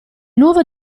nuovo